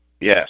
Yes